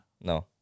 No